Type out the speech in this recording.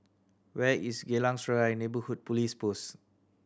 where is Geylang Serai Neighbourhood Police Post